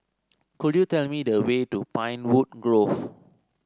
could you tell me the way to Pinewood Grove